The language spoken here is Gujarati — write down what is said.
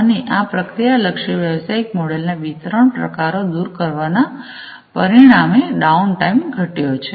અને આ પ્રક્રિયાલક્ષી વ્યવસાયિક મોડેલ ના વિતરણ પ્રકારો દૂર કરવા ના પરિણામે ડાઉનટાઇમ ઘટયો છે